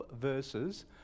verses